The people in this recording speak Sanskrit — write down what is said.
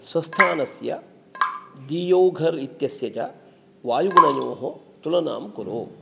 स्वस्थानस्य दीयोघर् इत्यस्य च वायुगुणयोः तुलनां कुरु